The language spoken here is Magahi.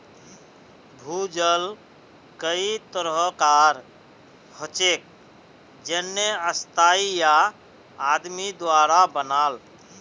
भूजल कई तरह कार हछेक जेन्ने स्थाई या आदमी द्वारा बनाल